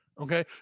okay